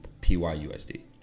pyusd